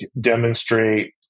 demonstrate